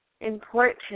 important